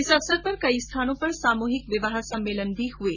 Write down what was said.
इस अवसर पर कई स्थानों पर सामूहिक विवाह सम्मेलन भी हुये